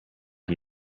you